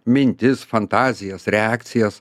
mintis fantazijas reakcijas